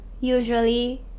usually